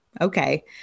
okay